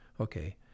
okay